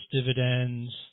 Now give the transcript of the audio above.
dividends